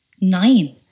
Nine